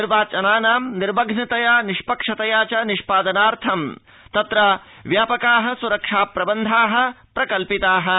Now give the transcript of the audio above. मतदानानां निर्विघ्नतया निष्पक्षतया च निष्पादनार्थं तत्र व्यापका सुरक्षा प्रबन्धा प्रकल्पिता सन्ति